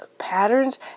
patterns